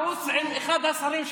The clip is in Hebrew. ערוץ עם מיקי זוהר וערוץ עם אחד השרים,